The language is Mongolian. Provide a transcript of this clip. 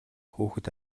хүүхэд